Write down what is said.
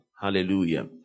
Hallelujah